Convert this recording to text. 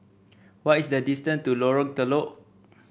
what is the distance to Lorong Telok